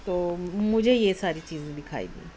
تو مجھے یہ ساری چیزیں دِکھائی دی